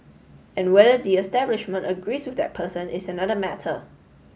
and whether the establishment agrees with that person is another matter